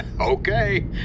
Okay